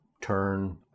turn